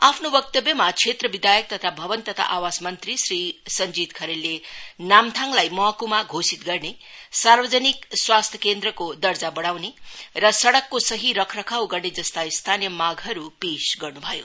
आफ्नो वक्तव्यमा क्षेत्र विधायक तथा भवन तथा आवास मन्त्री श्री सन्जीत खरेलले नामथाङलाई महकुमा घोषित गर्ने सार्वजनिक स्वास्थ्य केन्द्रको दर्जा बढाउने र सडकको सही रखरखाउ गर्ने जस्ता स्थानीय मागहरू पेश गर्नु भयो